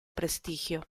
prestigio